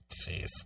Jeez